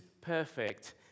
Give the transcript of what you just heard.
perfect